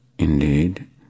Indeed